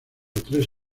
tres